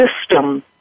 system